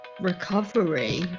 recovery